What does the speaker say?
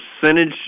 percentage